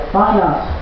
finance